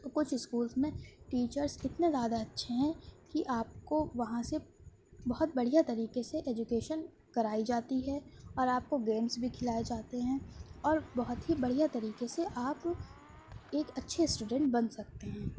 تو کچھ اسکولس میں ٹیچرس اتنے زیادہ اچھے ہیں کہ آپ کو وہاں سے بہت بڑھیا طریقے سے ایجوکیشن کرائی جاتی ہے اور آپ کو گیمس بھی کھلائے جاتے ہیں اور بہت ہی بڑھیا طریقے سے آپ ایک اچھے اسٹوڈینٹس بن سکتے ہیں